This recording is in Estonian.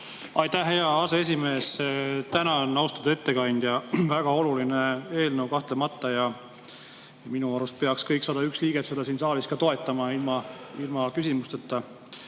Aitäh, hea aseesimees! Tänan, austatud ettekandja! Väga oluline eelnõu kahtlemata ja minu arust peaks kõik 101 liiget seda siin saalis ilma suurema hulga küsimusteta